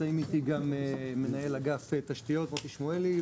נמצאים איתי גם מנהל אגף תשתיות מוטי שמואלי,